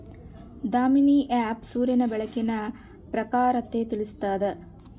Damini app ಸೂರ್ಯನ ಬೆಳಕಿನ ಪ್ರಖರತೆ ತಿಳಿಸ್ತಾದ